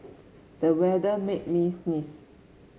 the weather made me sneeze